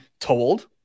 told